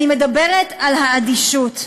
אני מדברת על האדישות.